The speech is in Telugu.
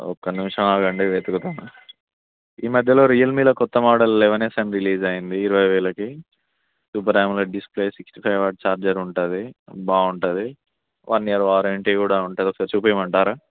ఒక్క నిమిషం ఆగండి వెతుకుతున్న ఈ మధ్యలో రియల్మీలో కొత్త మోడల్ లెవన్ ఎస్ అని రిలీజ్ అయింది ఇరవై వేలకి super android display sixty five watts charger ఉంటుంది బాగుంటుంది వన్ ఇయర్ వారంటీ కూడా ఉంటుంది ఒకసారి చూపించమంటారా